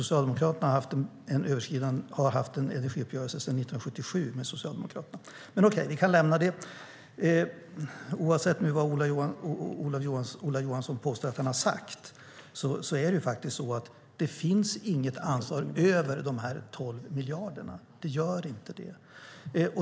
Herr talman! Socialdemokraterna har haft en energiuppgörelse sedan 1977 med Centerpartiet. Men okej - vi kan lämna det. Oavsett vad Ola Johansson nu påstår att han har sagt finns det inte något ansvar utöver de 12 miljarderna. Det gör inte det.